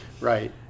Right